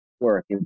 work